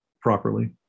properly